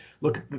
look